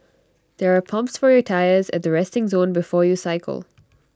there are pumps for your tyres at the resting zone before you cycle